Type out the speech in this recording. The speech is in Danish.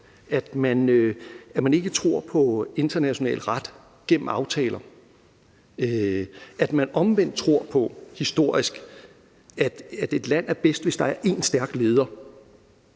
at man ikke tror på international ret gennem aftaler, men at man omvendt tror på historisk, at et land er bedst, hvis der er én stærk leder,